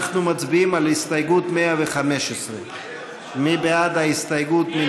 אנחנו מצביעים על הסתייגות 115. מי בעד ההסתייגות?